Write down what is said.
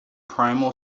primal